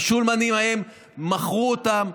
השולמנים, היום מכרו אותם.